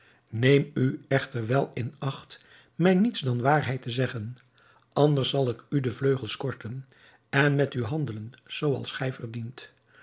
neem u echter wel in acht mij niets dan waarheid te zeggen anders zal ik u de vleugels korten en met u handelen zooals gij verdient